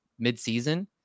midseason –